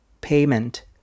payment